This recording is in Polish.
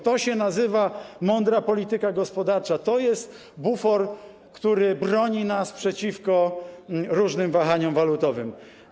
To się nazywa mądra polityka gospodarcza, to jest bufor, który broni nas przed różnymi wahaniami walutowymi.